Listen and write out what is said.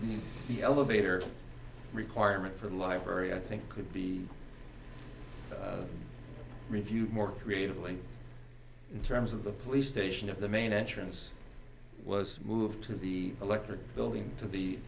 the elevator requirement for the library i think could be reviewed more creatively in terms of the police station of the main entrance was moved to the electorate building to the